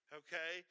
okay